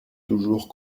toujours